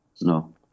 No